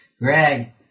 Greg